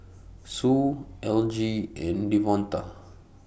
Sue Elgie and Devonta